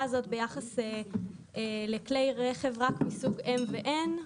הזאת ביחס לכלי רכב רק מסוג (M) ו-(N),